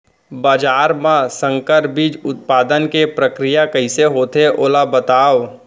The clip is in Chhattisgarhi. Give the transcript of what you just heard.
बाजरा मा संकर बीज उत्पादन के प्रक्रिया कइसे होथे ओला बताव?